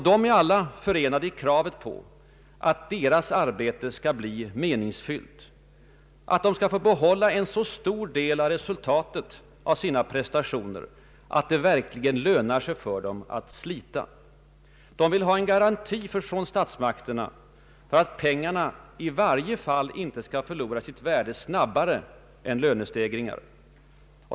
De är alla förenade i kravet på att deras arbete skall bli meningsfyllt, att de skall få behålla en så stor del av resultatet av sina prestationer att det verkligen lönar sig för dem att slita. De vill ha en garanti från statsmakterna för att pengarna i varje fall inte skall förlora sitt värde snabbare än lönestegringarna.